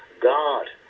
god